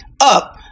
up